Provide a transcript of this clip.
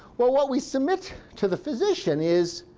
well, what we submit to the physician is